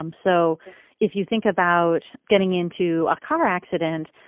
um so if you think about getting into a car accident,